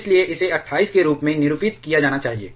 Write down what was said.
इसलिए इसे 28 के रूप में निरूपित किया जाना चाहिए